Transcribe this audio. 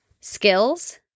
skills